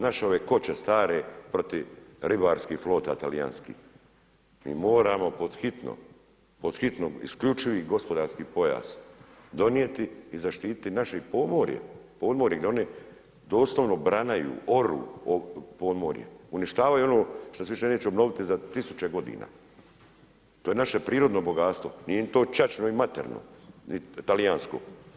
Naše ove koče stare, protiv ribarskih flota, talijanskih, mi moramo pod hitno, pod hitno isključivi gospodarski pojas donijeti i zaštiti naše podmorje, jer one doslovno branaju, oru podmorje, uništavaju ono šta se više neće obnoviti za 1000 godina, to je naše prirodno bogatstvo, nije im to ćaća ni materino talijansko.